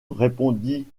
répondit